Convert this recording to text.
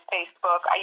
Facebook